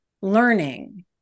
learning